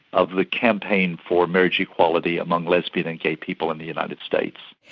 of the campaign for marriage equality among lesbian and gay people in the united states.